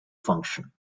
function